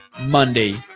Monday